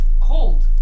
cold